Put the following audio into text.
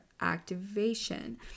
activation